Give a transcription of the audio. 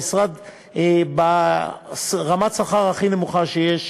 הוא המשרד ברמת השכר הכי נמוכה שיש